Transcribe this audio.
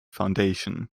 foundation